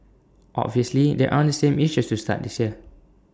obviously there aren't the same issues to start this year